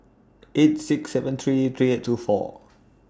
eight six seven three three eight two four